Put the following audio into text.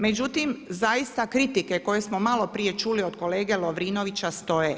Međutim, zaista kritike koje smo maloprije čuli od kolege Lovrinovića stoje.